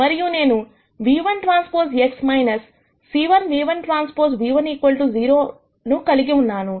మరియు నేను ν1TX c1 ν1T ν1 0 ను కలిగి ఉన్నాను